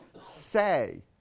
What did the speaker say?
say